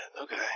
Okay